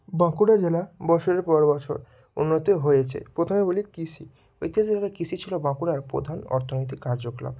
বাঁকুড়া জেলা বছরের পর বছর উন্নত হয়েছে প্রথমে বলি কৃষি ঐতিহাসিকভাবে কৃষি ছিলো বাঁকুড়ার প্রধান অর্থনৈতিক কার্যক্রম